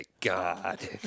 God